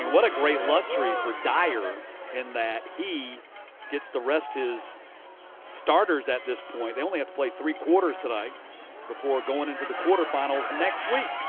what a great luxury for dyer in that he gets to rest his starters at this point. they only had to play three quarters tonight before going into the quarterfinals next week.